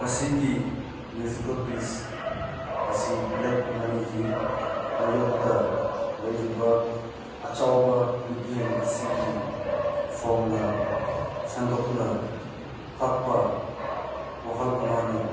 ꯃꯁꯤꯒꯤ musical piece ꯑꯁꯤ black ꯃꯅꯤꯒꯤ ꯃꯥꯌꯣꯛꯇ ꯂꯩꯔꯤꯕ ꯑꯆꯧꯕ ꯃꯤꯠꯌꯦꯡ ꯑꯁꯤꯒꯤ ꯐꯣꯡꯅ ꯁꯟꯗꯣꯛꯅ ꯇꯥꯛꯄ ꯋꯥꯈꯜ ꯑꯃꯅꯤ